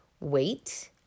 wait